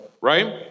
Right